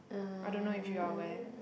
I don't know if you're aware